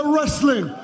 Wrestling